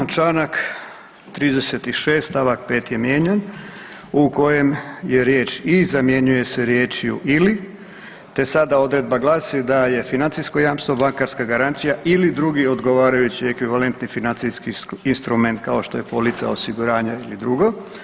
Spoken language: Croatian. Čl. 36. st. 5. je mijenjan u kojem je riječ i zamjenjuje se riječju ili te sada odredba glasi da je financijsko jamstvo bankarska garancija ili drugi odgovarajući ekvivalentni financijski instrument kao što je polica osiguranja ili drugo.